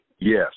Yes